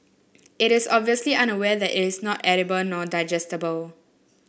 it is obviously unaware that it is not edible nor digestible